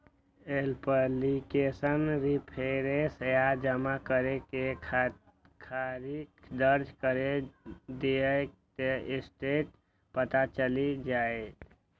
application reference आ जमा करै के तारीख दर्ज कैर दियौ, ते स्टेटस पता चलि जाएत